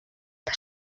eta